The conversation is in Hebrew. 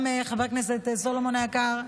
גם לחבר הכנסת סולומון היקר,